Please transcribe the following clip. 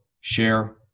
share